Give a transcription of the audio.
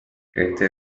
este